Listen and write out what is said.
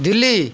Delhi